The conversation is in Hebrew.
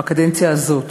בקדנציה הזאת.